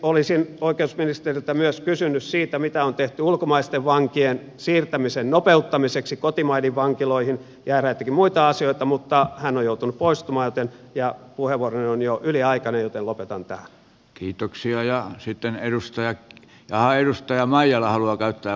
olisin oikeusministeriltä kysynyt myös siitä mitä on tehty ulkomaisten vankien siirtämisen nopeuttamiseksi kotimaiden vankiloihin ja eräitä muitakin asioita mutta hän on joutunut poistumaan ja puheenvuoroni on jo yliaikainen joten lopetan tähän kiitoksia ja sitten edustajat ja edustaja maijala halua käyttää